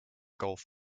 golf